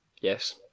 Yes